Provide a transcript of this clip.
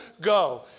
go